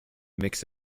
mix